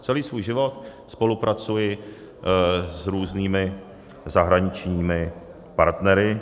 Celý svůj život spolupracuji s různými zahraničními partnery.